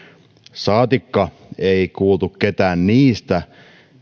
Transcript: saatikka ei kuultu ketään niistä